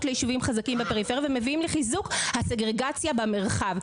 ליישובים חזקים בפריפריה ומביאים לחיזוק הסגרגציה במרחב.